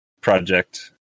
project